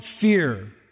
fear